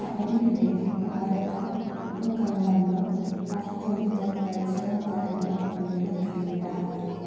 కబడ్డీ అనేది భారత ఉపఖండంలో అత్యంత ప్రజాదరణ పొందిన క్రీడ